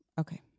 Okay